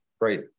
right